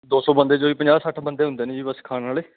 ਦੋ ਸੌ ਬੰਦੇ 'ਚੋਂ ਜੀ ਪੰਜਾਹ ਸੱਠ ਬੰਦੇ ਹੁੰਦੇ ਨੇ ਜੀ ਬਸ ਖਾਣ ਵਾਲੇ